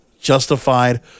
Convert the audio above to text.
Justified